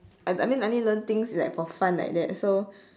I I mean learn things is like for fun like that so